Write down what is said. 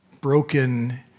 broken